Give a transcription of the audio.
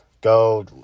Go